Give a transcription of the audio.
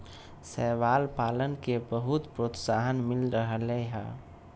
शैवाल पालन के बहुत प्रोत्साहन मिल रहले है